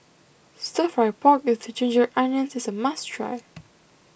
Stir Fry Pork with the Ginger Onions is a must try